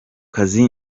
kazi